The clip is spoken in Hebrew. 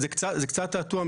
זה קצת תעתוע,